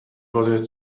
wurde